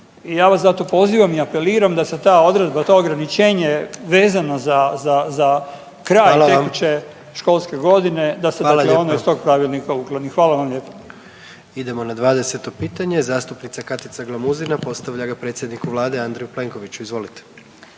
i ja vas zato pozivam i apeliram da se ta odredba i to ograničenje vezano za kraj tekuće školske godine da se dakle ona iz toga pravilnika ukloni. Hvala vam lijepa. **Jandroković, Gordan (HDZ)** Idemo na 20. pitanje, zastupnica Katica Glamuzina postavlja ga predsjedniku vlade Andreju Plenkoviću, izvolite.